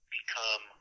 become